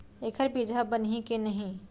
एखर बीजहा बनही के नहीं?